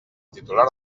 titular